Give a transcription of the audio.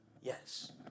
yes